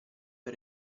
per